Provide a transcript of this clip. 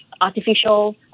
artificial